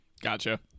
gotcha